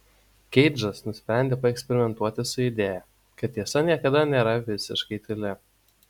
keidžas nusprendė paeksperimentuoti su idėja kad tiesa niekada nėra visiškai tyli